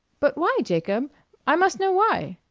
but why, jacob i must know why?